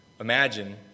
Imagine